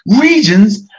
regions